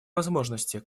возможности